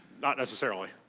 not necessarily.